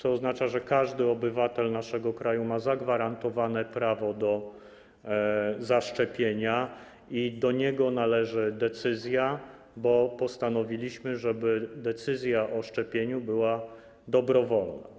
To oznacza, że każdy obywatel naszego kraju ma zagwarantowane prawo do zaszczepienia i do niego należy decyzja, bo postanowiliśmy, że decyzja o szczepieniu będzie dobrowolna.